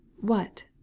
What